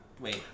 Wait